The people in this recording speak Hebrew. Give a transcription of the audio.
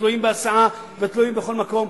שתלויים בהסעה ותלויים בכל מקום.